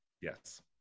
yes